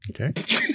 Okay